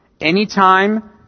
Anytime